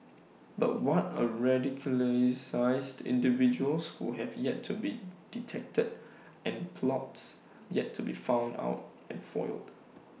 but what of radicalised individuals who have yet to be detected and plots yet to be found out and foiled